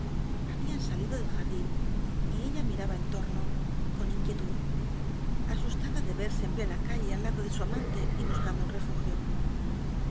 habían salido del jardín y ella miraba en torno con inquietud asustada de verse en plena calle al lado de su amante y buscando un refugio